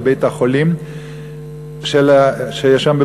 בבית-החולים שיש שם,